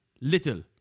little